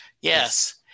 Yes